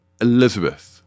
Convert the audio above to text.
elizabeth